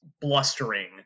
blustering